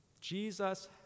Jesus